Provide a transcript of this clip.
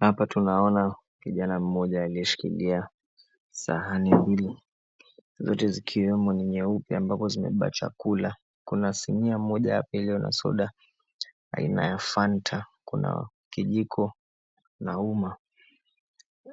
Hapa tunaona kijana mmoja aliyeshikilia sahani mbili zote zikiwemo ni nyeupe ambazo zimebeba chakula, Kuna sinia moja hapa iliyo na soda aina ya Fanta, kuna kijiko na umma,